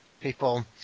people